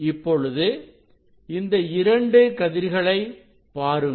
இப்பொழுது இந்த இரண்டு கதிர்களை பாருங்கள்